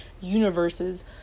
universes